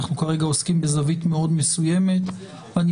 אנחנו כרגע עוסקים בזווית מאוד מסוימת ואני